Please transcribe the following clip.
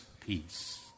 peace